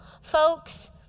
folks